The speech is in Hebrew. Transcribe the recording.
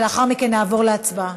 לאחר מכן נעבור להצבעה.